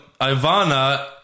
Ivana